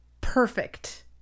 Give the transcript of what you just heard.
perfect